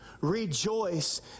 Rejoice